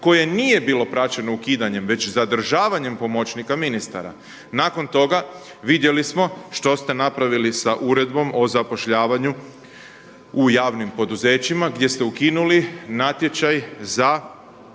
koje nije bilo praćeno ukidanjem već zadržavanjem pomoćnika ministara. Nakon toga vidjeli smo što ste napravili s Uredbom o zapošljavanju u javnim poduzećima gdje ste ukinuli natječaj za